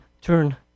turn